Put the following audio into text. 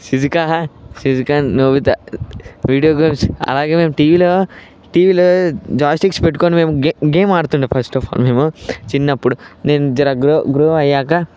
Shizuka Shizuka Nobita video games అలాగే మేము టీవీలో టీవీలో జాయ్ స్టిక్స్ పెట్టుకోని మేము గేమ్ ఆడుతుందే ఫస్ట్ అఫ్ ఆల్ మేము చిన్నప్పుడు నేను జర గ్రో గ్రో అయ్యాక